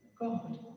God